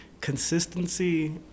consistency